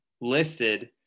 listed